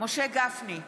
משה גפני,